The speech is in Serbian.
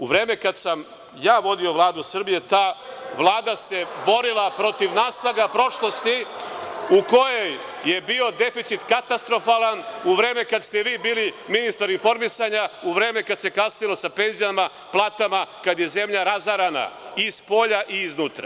U vreme kada sam ja vodio Vladu Srbije, ta Vlada se borila protiv naslaga prošlosti u kojoj je bio deficit katastrofalan, u vreme kada ste vi bili ministar informisanja, u vreme kada se kasnilo sa penzijama, platama, kada je zemlja razarana i spolja i iznutra.